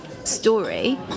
Story